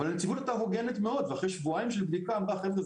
אבל הנציבות הייתה הוגנת מאוד ואחרי שבועיים של בדיקה אמרה: חבר'ה,